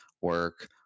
work